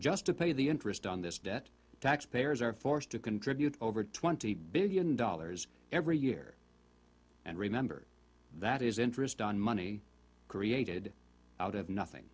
just to pay the interest on this debt taxpayers are forced to contribute over twenty billion dollars every year and remember that is interest on money created out of nothing